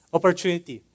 Opportunity